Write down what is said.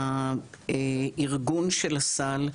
בארגון של הסל,